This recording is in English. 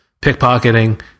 Pickpocketing